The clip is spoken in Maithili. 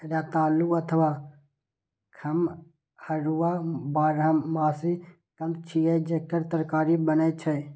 रतालू अथवा खम्हरुआ बारहमासी कंद छियै, जेकर तरकारी बनै छै